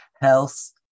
health